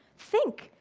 think,